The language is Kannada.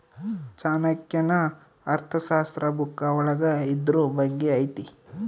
ಚಾಣಕ್ಯನ ಅರ್ಥಶಾಸ್ತ್ರ ಬುಕ್ಕ ಒಳಗ ಇದ್ರೂ ಬಗ್ಗೆ ಐತಿ